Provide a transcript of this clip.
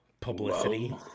publicity